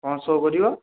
କ'ଣ ସୋ କରିବ